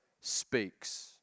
speaks